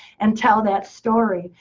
and tell that story.